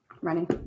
Ready